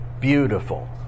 beautiful